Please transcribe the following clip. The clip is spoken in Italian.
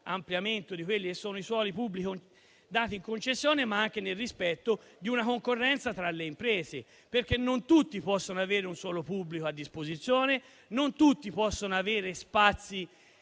ampliamento dei suoli pubblici dati in concessione, ma anche nel rispetto di una concorrenza tra le imprese. Non tutti, infatti, possono avere un suolo pubblico a disposizione, non tutti possono avere spazi